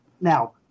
Now